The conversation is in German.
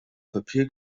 papier